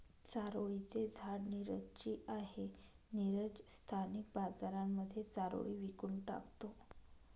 चारोळी चे झाड नीरज ची आहे, नीरज स्थानिक बाजारांमध्ये चारोळी विकून टाकतो